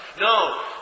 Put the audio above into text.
No